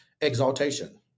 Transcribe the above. Exaltation